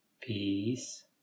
peace